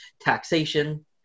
taxation